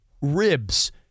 ribs